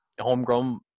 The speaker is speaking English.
homegrown